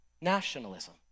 Nationalism